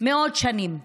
מאות שנים.